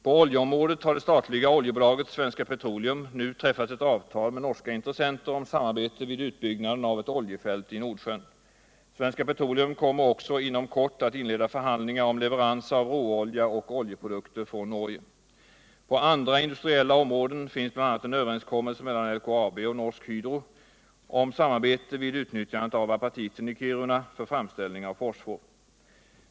På oljeområdet har det svenska oljebolaget Svenska Petroleum nu träffat ett avtal med norska intressenter om samarbete vid utbyggnaden av ett oljefält i Nordsjön. Svenska Petroleum kommer också inom kort att inleda förhandlingar om leveranser av råolja och oljeprodukter från Norge. Inom andra industriella omräden finns bl.a. en överenskommelse mellan LKAB och Norsk Hydro om samarbete vid utnyttjandet av apatiten i Kiruna och framställning av fosfor.